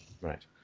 Right